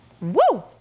Woo